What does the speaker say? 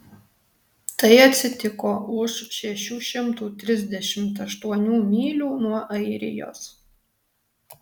tai atsitiko už šešių šimtų trisdešimt aštuonių mylių nuo airijos